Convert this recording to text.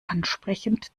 ansprechend